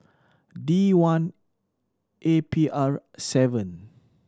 D one A P R seven